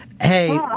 Hey